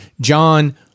John